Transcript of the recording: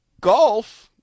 golf